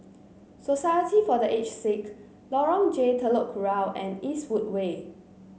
society for The Aged Sick Lorong J Telok Kurau and Eastwood Way